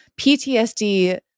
PTSD